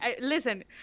Listen